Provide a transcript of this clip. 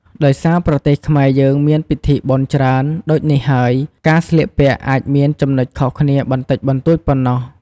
ដោយសារប្រទេសខ្មែរយើងមានពិធីបុណ្យច្រើនដូចនេះហើយការស្លៀកពាក់អាចមានចំណុចខុសគ្នាបន្តិចបន្ទួចប៉ុណ្ណោះ ។